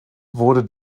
wurde